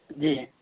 جی